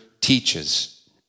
teaches